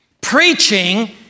Preaching